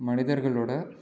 மனிதர்களோடய